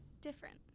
different